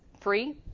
free